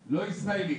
לא ישראלי,